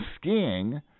skiing